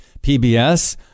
PBS